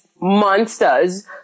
monsters